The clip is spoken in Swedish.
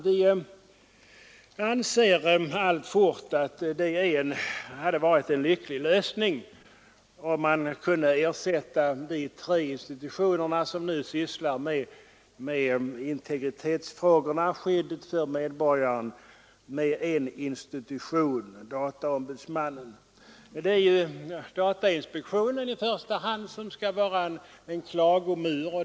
Vi anser alltfort att det hade varit en lycklig lösning om man hade kunnat ersätta de tre institutioner som nu sysslar med integritetsfrågorna och skyddet för medborgarna med en institution, dataombudsmannen. Nu är det i första hand datainspektionen som skall vara klagomur.